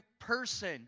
person